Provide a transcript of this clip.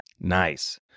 nice